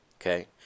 okay